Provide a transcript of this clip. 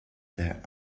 their